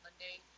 Monday